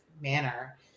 manner